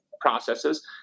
processes